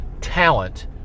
talent